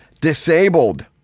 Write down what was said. disabled